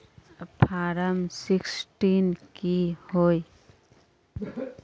Form sixteen की होय?